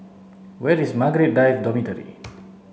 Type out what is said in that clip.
where is Margaret Drive Dormitory